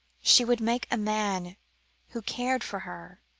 she would make a man who cared for her,